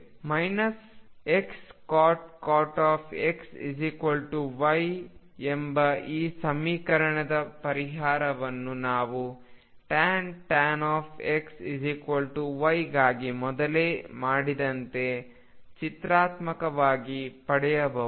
minus Xcot X Y ಎಂಬ ಈ ಸಮೀಕರಣದ ಪರಿಹಾರವನ್ನು ನಾವು tan X Yಗಾಗಿ ಮೊದಲೇ ಮಾಡಿದಂತೆ ಚಿತ್ರಾತ್ಮಕವಾಗಿ ಪಡೆಯಬಹುದು